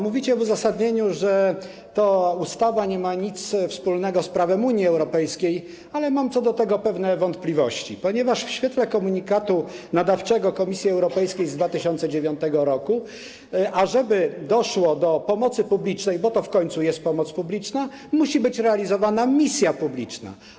Mówicie w uzasadnieniu, że ta ustawa nie ma nic wspólnego z prawem Unii Europejskiej, ale mam co do tego pewne wątpliwości, ponieważ w świetle komunikatu nadawczego Komisji Europejskiej z 2009 r., żeby doszło do pomocy publicznej - bo to w końcu jest pomoc publiczna - musi być realizowana misja publiczna.